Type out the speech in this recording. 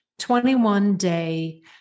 21-day